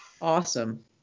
Awesome